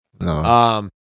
no